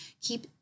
Keep